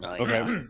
Okay